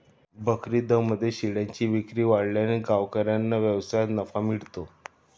बकरीदमध्ये शेळ्यांची विक्री वाढल्याने गावकऱ्यांना व्यवसायात नफा मिळतो